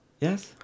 yes